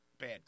Bad